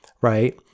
right